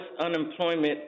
unemployment